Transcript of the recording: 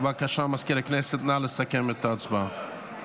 בבקשה, מזכיר הכנסת, נא לסכם את ההצבעה.